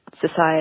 society